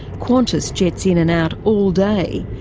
qantas jets in and out all day,